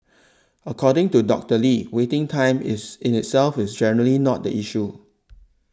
according to Doctor Lee waiting time is itself is generally not the issue